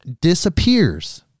disappears